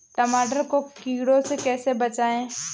टमाटर को कीड़ों से कैसे बचाएँ?